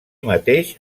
mateix